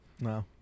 No